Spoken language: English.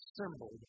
assembled